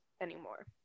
anymore